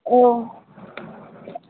औ